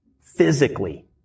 Physically